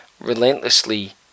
relentlessly